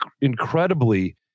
incredibly